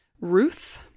Ruth